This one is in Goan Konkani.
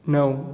णव